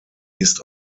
ist